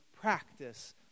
practice